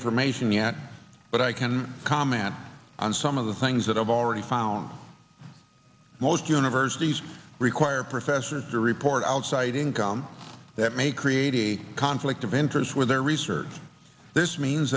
information yet but i can comment on some of the things that i've already found most universities require professors to report outside income that may create a conflict of interest with their research this means